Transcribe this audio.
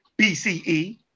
BCE